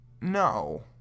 No